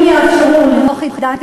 אם יאפשרו לנוחי דנקנר,